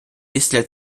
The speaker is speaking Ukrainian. після